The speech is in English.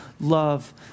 love